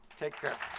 take care.